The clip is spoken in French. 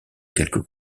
quelques